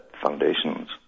foundations